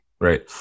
right